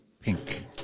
Pink